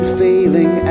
failing